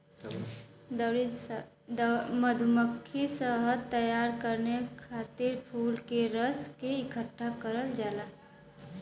मधुमक्खी शहद तैयार करे खातिर फूल के रस के इकठ्ठा करल जाला